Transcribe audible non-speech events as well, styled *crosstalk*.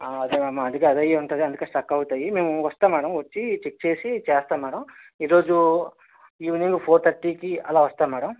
అదే *unintelligible* అందుకే అదయ్యే ఉంటుంది అందుకే స్టక్ అవుతాయి మేము వస్తాం మ్యాడమ్ వచ్చీ చెక్ చేసి చేస్తాం మ్యాడం ఈ రోజూ ఈవినింగ్ ఫోర్ తర్టీకి అలా వస్తాం మ్యాడమ్